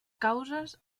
causes